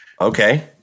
Okay